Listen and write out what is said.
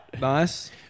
Nice